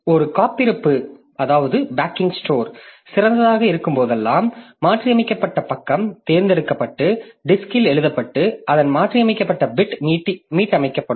ஒரு காப்புப்பிருப்பு சிறந்ததாக இருக்கும்போதெல்லாம் மாற்றியமைக்கப்பட்ட பக்கம் தேர்ந்தெடுக்கப்பட்டு டிஸ்க்ல் எழுதப்பட்டு அதன் மாற்றியமைக்கப்பட்ட பிட் மீட்டமைக்கப்படும்